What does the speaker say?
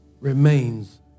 remains